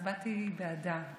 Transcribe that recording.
הצבעתי בעדה,